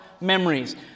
memories